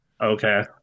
okay